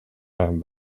and